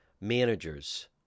managers